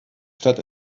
stadt